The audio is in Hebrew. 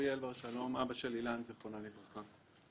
אבא של אילן זיכרונה לברכה.